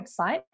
website